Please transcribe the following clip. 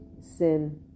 sin